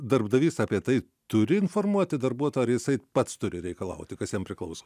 darbdavys apie tai turi informuoti darbuotoją ar jisai pats turi reikalauti kas jam priklauso